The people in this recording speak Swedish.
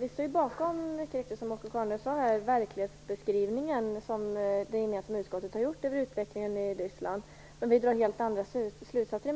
Herr talman! Som Åke Carnerö mycket riktigt sade står vi bakom den verklighetsbeskrivning som det gemensamma utskottet har gjort över utvecklingen i Ryssland. Men vi i Miljöpartiet drar helt andra slutsatser,